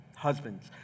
husbands